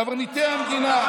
קברניטי המדינה,